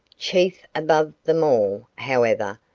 chief above them all, however,